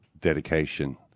dedication